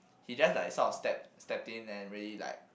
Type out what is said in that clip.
he just like sort of step stepped in and really like